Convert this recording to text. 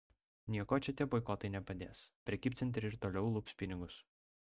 nieko čia tie boikotai nepadės prekybcentriai ir toliau lups pinigus